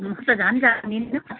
म त झन् जान्दिनँ